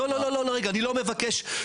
אני מסביר.